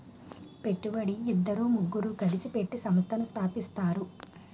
పెట్టుబడి ఇద్దరు ముగ్గురు కలిసి పెట్టి సంస్థను స్థాపిస్తారు